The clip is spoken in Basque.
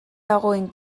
dagoen